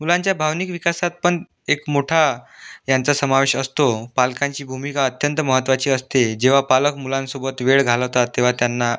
मुलांच्या भावनिक विकासात पण एक मोठा यांचा समावेश असतो पालकांची भूमिका अत्यंत महत्त्वाची असते जेव्हा पालक मुलांसोबत वेळ घालवतात तेव्हा त्यांना